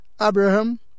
Abraham